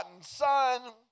son